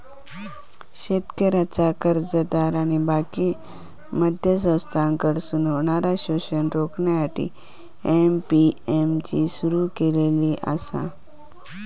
शेतकऱ्यांचा कर्जदार आणि बाकी मध्यस्थांकडसून होणारा शोषण रोखण्यासाठी ए.पी.एम.सी सुरू केलेला आसा